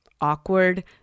awkward